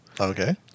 Okay